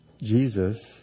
Jesus